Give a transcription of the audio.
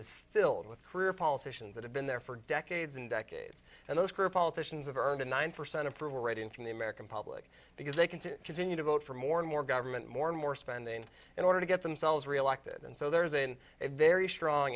is filled with career politicians that have been there for decades and decades and those groups all titians of earning nine percent approval rating from the american public because they can continue to vote for more and more government more and more spending in order to get themselves reelected and so there isn't a very strong